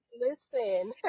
listen